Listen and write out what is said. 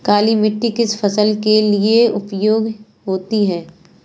काली मिट्टी किस फसल के लिए उपयोगी होती है?